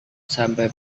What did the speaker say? sampai